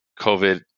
COVID